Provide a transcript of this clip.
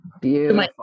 Beautiful